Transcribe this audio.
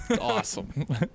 Awesome